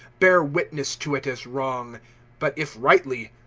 bear witness to it as wrong but if rightly,